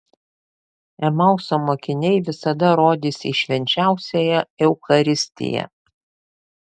emauso mokiniai visada rodys į švenčiausiąją eucharistiją